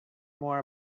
more